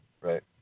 right